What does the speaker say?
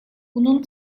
bunun